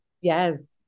Yes